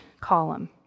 column